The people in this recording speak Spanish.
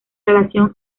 relación